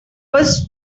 first